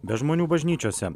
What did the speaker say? be žmonių bažnyčiose